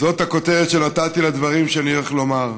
זאת הכותרת שנתתי לדברים שאני הולך לומר.